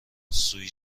سویت